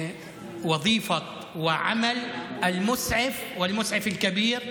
בתפקיד ובעבודה של הפרמדיק והפרמדיק הבכיר.)